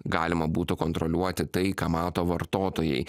galima būtų kontroliuoti tai ką mato vartotojai